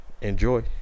enjoy